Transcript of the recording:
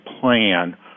plan